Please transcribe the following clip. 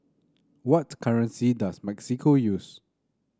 what currency does Mexico use